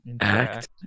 Act